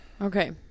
Okay